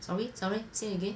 sorry sorry say again